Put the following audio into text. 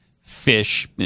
fish